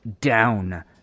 down